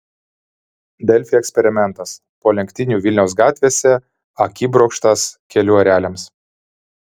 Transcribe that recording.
delfi eksperimentas po lenktynių vilniaus gatvėse akibrokštas kelių ereliams